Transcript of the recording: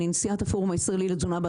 אני נשיאת הפורום הישראלי לתזונה בת